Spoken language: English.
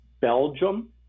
Belgium